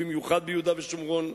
ובמיוחד ביהודה ושומרון.